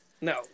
No